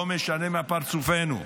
לא משנה מה פרצופנו,